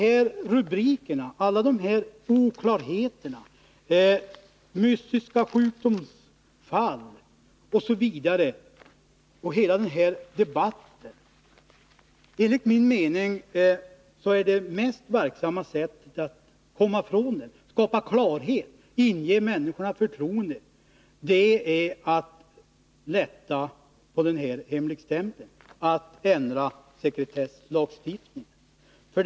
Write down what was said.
När det gäller alla dessa rubriker, oklarheterna om mystiska sjukdomsfall osv. och hela den här debatten är enligt min uppfattning det mest verksamma sättet att komma ifrån allt detta, skapa klarhet och inge människorna förtroende att lätta på hemligstämpeln, att ändra sekretesslagstiftningen.